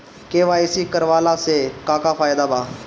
KYC करवला से का का फायदा बा?